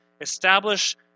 establish